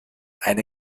eine